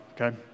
Okay